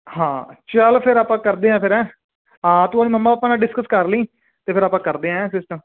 ਹਾਂ ਚੱਲ ਫਿਰ ਆਪਾਂ ਕਰਦੇ ਹਾਂ ਫਿਰ ਹੈ ਹਾਂ ਤੂੰ ਆਪਣੀ ਮਮਾ ਪਾਪਾ ਨਾਲ ਡਿਸਕਸ ਕਰ ਲਈ ਤਾਂ ਫਿਰ ਆਪਾਂ ਕਰਦੇ ਹੈ ਸਿਸਟਮ